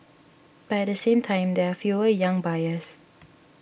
but at the same time there are fewer young buyers